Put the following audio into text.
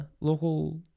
local